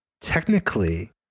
technically